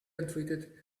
untreated